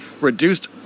reduced